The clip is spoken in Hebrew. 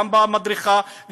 גם במדרכה,